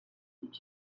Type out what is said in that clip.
did